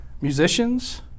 musicians